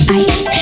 ice